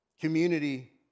community